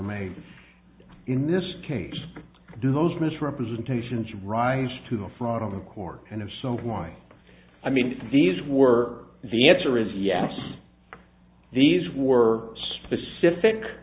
remains in this case do those misrepresentations rise to the front of the court and if so why i mean these were the answer is yes these were specific